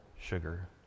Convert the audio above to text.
sugar